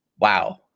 wow